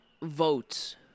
votes